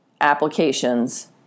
applications